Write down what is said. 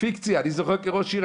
אני זוכר כראש עיר,